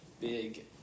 big